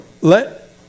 let